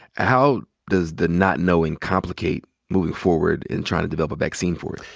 how does the not knowing complicate moving forward in trying to develop a vaccine for it?